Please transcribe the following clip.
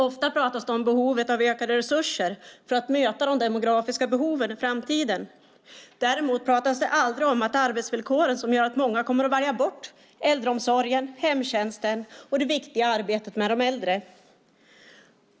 Ofta pratas det om behovet av ökade resurser för att möta den demografiska utvecklingen i framtiden. Däremot pratas det aldrig om arbetsvillkoren som gör att många kommer att välja bort äldreomsorgen, hemtjänsten och det viktiga arbetet med de äldre.